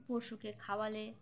পশুকে খাওয়ালে